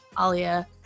Alia